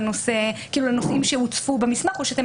לנושאים שהוצפו במסמך והשאלה אם אתם